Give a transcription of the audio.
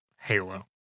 Halo